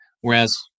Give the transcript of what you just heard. whereas